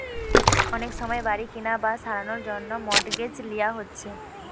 অনেক সময় বাড়ি কিনা বা সারানার জন্যে মর্টগেজ লিয়া হচ্ছে